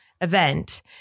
event